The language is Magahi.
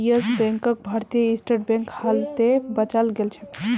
यस बैंकक भारतीय स्टेट बैंक हालते बचाल गेलछेक